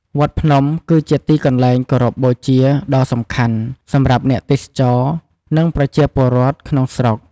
វត្តភ្នំ គឺជាទីកន្លែងគោរពបូជាដ៏សំខាន់សម្រាប់អ្នកទេសចរ និងប្រជាពលរដ្ឋក្នុងស្រុក។